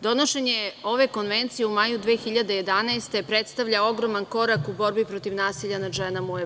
Donošenje ove konvencije u maju 2011. godine predstavlja ogroman korak u borbi protiv nasilja nad ženama u Evropi.